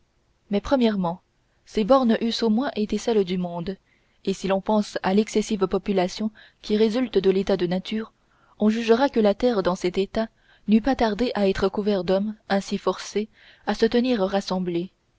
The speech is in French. mais premièrement ces bornes eussent au moins été celles du monde et si l'on pense à l'excessive population qui résulte de l'état de nature on jugera que la terre dans cet état n'eût pas tardé à être couverte d'hommes ainsi forcés à se tenir rassemblés